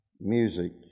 music